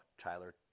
Tyler